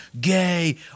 gay